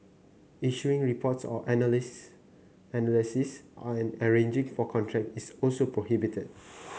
issuing reports or analysis analysis and arranging for contracts is also prohibited